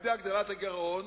על-ידי הגדלת הגירעון.